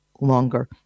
longer